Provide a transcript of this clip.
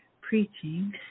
preaching